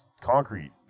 concrete